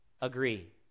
agree